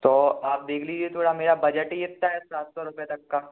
तो आप देख लीजिए थोड़ा मेरा बजट ही इतना है सात सौ रुपये तक का